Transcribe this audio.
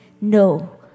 no